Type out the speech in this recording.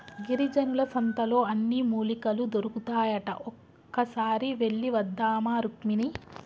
గిరిజనుల సంతలో అన్ని మూలికలు దొరుకుతాయట ఒక్కసారి వెళ్ళివద్దామా రుక్మిణి